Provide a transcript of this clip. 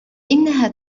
إنها